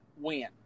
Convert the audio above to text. win